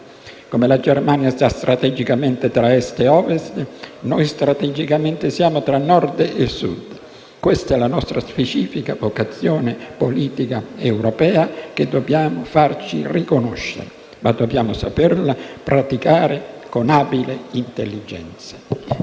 come la Germania sta strategicamente tra Est e Ovest, noi strategicamente stiamo tra Nord e Sud. Questa è la nostra specifica vocazione politica europea, che dobbiamo farci riconoscere, ma dobbiamo saperla praticare con abile intelligenza.